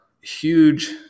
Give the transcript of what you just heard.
huge